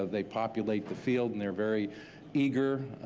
they populate the field and they're very eager.